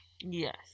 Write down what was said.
Yes